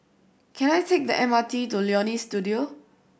can I take the M R T to Leonie Studio